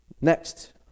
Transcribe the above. Next